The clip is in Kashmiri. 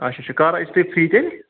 اچھا اچھا کَر ٲسِو تُہۍ فری تیٛلہِ